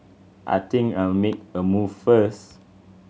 I think I'll make a move first